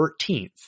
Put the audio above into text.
13th